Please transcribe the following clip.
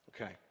Okay